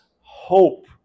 hope